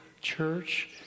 church